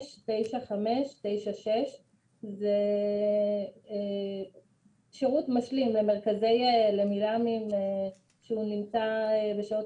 03-9559596. זה שירות משלים למרכזי "מילם" שהוא נמצא בשעות